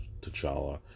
T'Challa